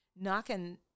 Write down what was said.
knocking